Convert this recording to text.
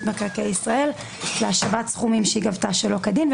מקרקעי ישראל להשבת סכומים שהיא גבתה שלא כדין,